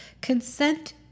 Consent